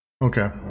Okay